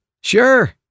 Sure